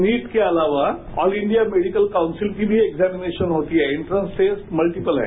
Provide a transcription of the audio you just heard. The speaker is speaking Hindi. नीट के अलावा ऑल इंडिया मेडिकल काउंसिल की भी एक्जामिनेशन होती है इंट्रा स्टेट मल्टीपल है